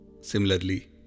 Similarly